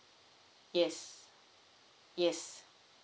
yes yes